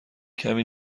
کمی